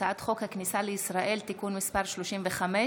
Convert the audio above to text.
הצעת חוק הכניסה לישראל (תיקון מס' 35),